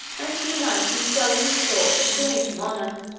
and to unite in swelling his court and doing him honor.